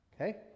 Okay